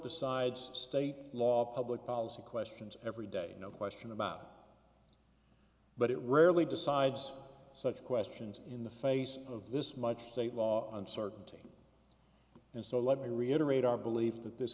decides state law public policy questions every day no question about it but it rarely decides such questions in the face of this much state law uncertainty and so let me reiterate our belief that this